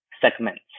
segments